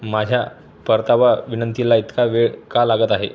माझ्या परतावा विनंतीला इतका वेळ का लागत आहे